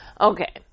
Okay